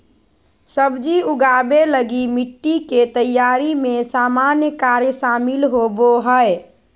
सब्जी उगाबे लगी मिटटी के तैयारी में सामान्य कार्य शामिल होबो हइ